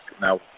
now